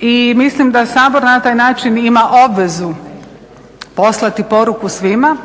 i mislim da Sabor na taj način ima obvezu poslati poruku svima,